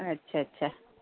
अच्छा अच्छा